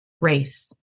race